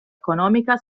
economica